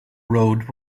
road